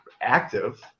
active